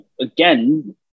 again